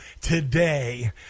today